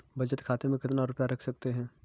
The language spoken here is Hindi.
बचत खाते में कितना रुपया रख सकते हैं?